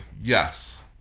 yes